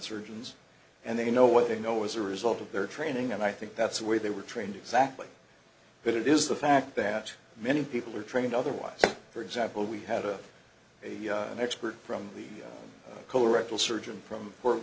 surgeons and they know what they know as a result of their training and i think that's the way they were trained exactly but it is the fact that many people are trained otherwise for example we had a an expert from the color rectal surgeon from fort